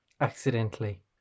Accidentally